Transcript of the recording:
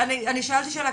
אני שאלתי שאלה.